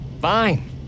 Fine